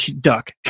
duck